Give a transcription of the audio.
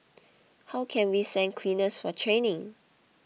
how can we send cleaners for training